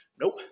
Nope